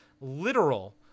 literal